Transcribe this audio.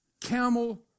camel